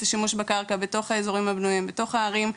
השימוש בקרקע בתוך האזורים הבנויים בתוך הערים,